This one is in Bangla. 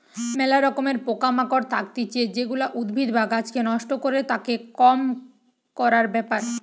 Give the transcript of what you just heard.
ম্যালা রকমের পোকা মাকড় থাকতিছে যেগুলা উদ্ভিদ বা গাছকে নষ্ট করে, তাকে কম করার ব্যাপার